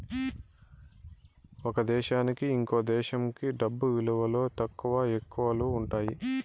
ఒక దేశానికి ఇంకో దేశంకి డబ్బు విలువలో తక్కువ, ఎక్కువలు ఉంటాయి